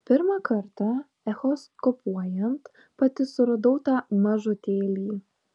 pirmą kartą echoskopuojant pati suradau tą mažutėlį